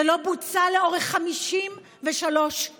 זה לא בוצע לאורך 53 שנים.